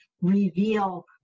reveal